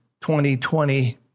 2020